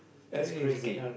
that's crazy